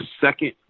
second